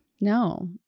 No